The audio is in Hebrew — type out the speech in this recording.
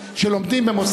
אף אחד פה, אילן, אילן.